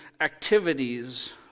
activities